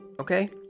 Okay